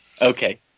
Okay